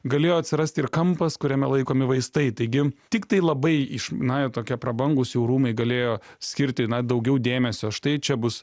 galėjo atsirasti ir kampas kuriame laikomi vaistai taigi tiktai labai iš na jau tokie prabangūs jau rūmai galėjo skirti na daugiau dėmesio štai čia bus